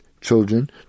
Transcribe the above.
children